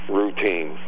routine